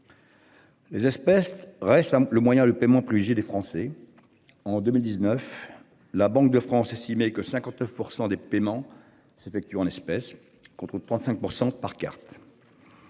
Les espèces reste le moyen de paiement plus et des Français. En 2019. La Banque de France estimé que 59% des paiements s'effectuent en espèces qu'2,5% par carte.